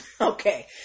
okay